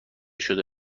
شده